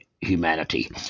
humanity